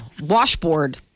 washboard